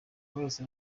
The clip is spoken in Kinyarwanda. bose